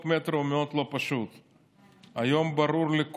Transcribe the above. חוק המטרו הוא מאוד לא פשוט.